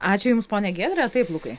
ačiū jums ponia giedre taip lukai